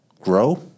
grow